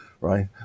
right